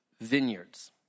vineyards